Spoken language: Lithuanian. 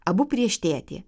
abu prieš tėtį